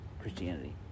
Christianity